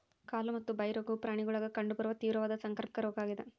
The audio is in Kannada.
ಕಾಲು ಮತ್ತು ಬಾಯಿ ರೋಗವು ಪ್ರಾಣಿಗುಳಾಗ ಕಂಡು ಬರುವ ತೀವ್ರವಾದ ಸಾಂಕ್ರಾಮಿಕ ರೋಗ ಆಗ್ಯಾದ